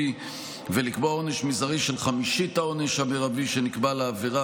ולקבוע עונש מזערי של חמישית העונש המרבי שנקבע לעבירה,